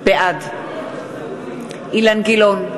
בעד אילן גילאון,